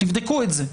תבדקו את זה.